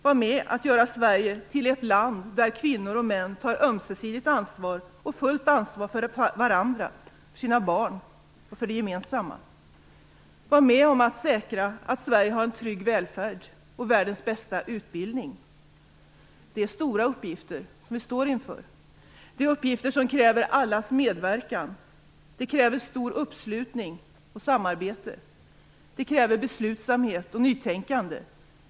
Var med om att göra Sverige till ett land där kvinnor och män tar ömsesidigt ansvar och fullt ansvar för varandra, för sina barn och för det gemensamma! Var med om att säkra att Sverige har en trygg välfärd och världens bästa utbildning! Det är stora uppgifter vi står inför. Det är uppgifter som kräver allas medverkan. Det kräver stor uppslutning och samarbete. Det kräver beslutsamhet och nytänkande.